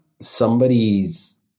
somebody's